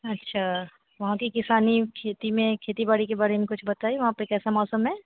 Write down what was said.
अच्छा वहाँ की किसानी खेती में खेती बाड़ी के बारे में कुछ बताइए वहाँ पर कैसा मौसम है